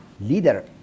Leader